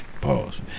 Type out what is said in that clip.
Pause